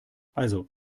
also